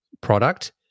product